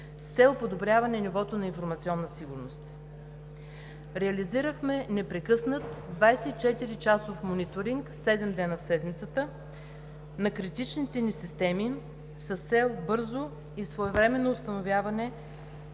с цел подобряване нивото на информационната сигурност. Реализирахме непрекъснат 24-часов мониторинг седем дни в седмицата на критичните ни системи с цел бързо и своевременно установяване